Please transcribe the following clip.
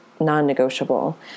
non-negotiable